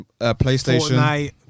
PlayStation